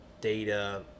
data